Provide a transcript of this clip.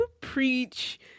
Preach